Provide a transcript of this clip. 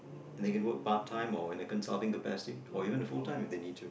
and they can work part time or and the consulting the best time even if full time if they need to